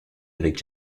avec